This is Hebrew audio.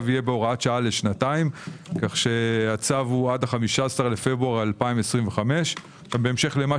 יהיה בהוראת שעה לשנתיים כך שהצו הוא עד 15.2.25 ובהמשך למה